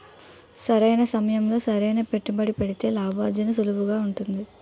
సరైన సమయంలో సరైన పెట్టుబడి పెడితే లాభార్జన సులువుగా ఉంటుంది